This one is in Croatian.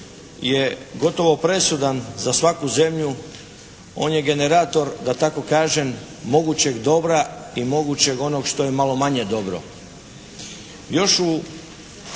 je gotovo presudan za svaku zemlju. On je generator da tako kažem mogućeg dobra i mogućeg onog što je malo manje dobro.